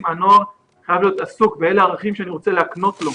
הנוער חייב להיות עסוק ואלה הערכים שאני רוצה להקנות לו.